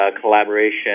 collaboration